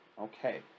Okay